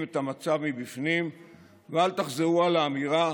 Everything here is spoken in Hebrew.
את המצב מבפנים ואל תחזרו על האמירה: